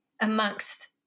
amongst